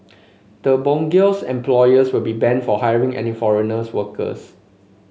the bogus employers will be banned from hiring any foreign workers